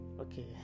Okay